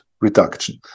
reduction